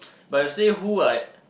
but you say who I